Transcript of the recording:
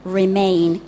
remain